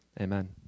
amen